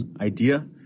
idea